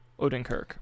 Odenkirk